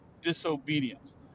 disobedience